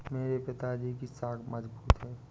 मेरे पिताजी की साख मजबूत है